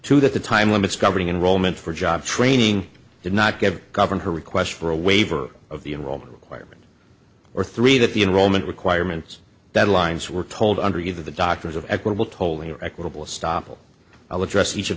to that the time limits governing enrollment for job training did not give govern her request for a waiver of the enrollment requirement or three that the enrollment requirements that lines were told under either the doctors of equitable tolly or equitable stoppel i'll address each of